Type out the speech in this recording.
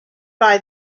buy